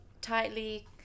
tightly